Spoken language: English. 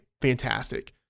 fantastic